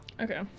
Okay